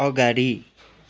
अगाडि